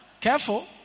Careful